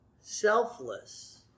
Selfless